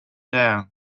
down